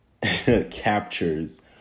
captures